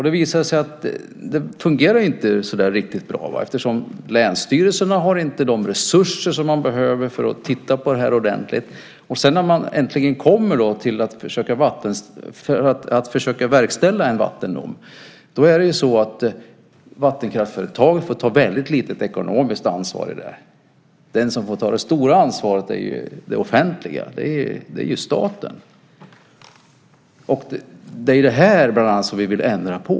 Det visar sig dock att det inte fungerar riktigt bra eftersom länsstyrelserna inte har de resurser som de behöver för att titta på detta ordentligt, och när man äntligen kommer fram och ska försöka verkställa en vattendom visar det sig att vattenkraftföretaget tar ett väldigt litet ekonomiskt ansvar för det hela. Det stora ansvaret får det offentliga ta, alltså staten. Det är bland annat detta som vi vill ändra på.